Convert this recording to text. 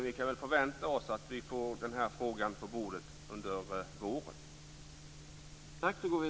Vi kan förvänta oss att vi får den här frågan på bordet under våren.